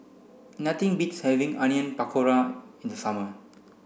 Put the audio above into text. nothing beats having Onion Pakora in the summer